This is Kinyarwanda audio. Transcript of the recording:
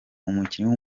umukinnyi